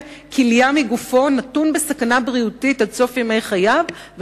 כליה מגופו נתון בסכנה בריאותית עד סוף ימי חייו,